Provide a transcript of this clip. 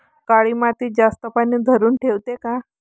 काळी माती जास्त पानी धरुन ठेवते का?